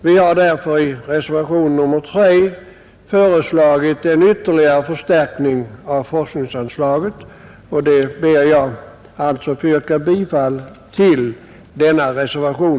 Vi har därför i reservationen nr 3 föreslagit ytterligare förstärkning av forskningsanslaget, och jag ber att få yrka bifall till nämnda reservation.